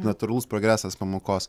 natūralus progresas pamokos